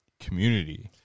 community